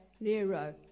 Nero